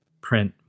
print